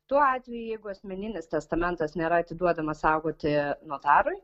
tuo atveju jeigu asmeninis testamentas nėra atiduodamas saugoti notarui